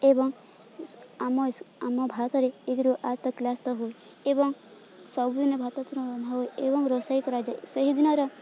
ଏବଂ ଆମ ଆମ ଭାରତରେ ଏକରୁ ଆଠ କ୍ଲାସ୍ ତ ହୁଏ ଏବଂ ସବୁଦିନେ ଭାତ ରନ୍ଧା ହୁଏ ଏବଂ ରୋଷେଇ କରାଯାଏ ସେହିଦିନର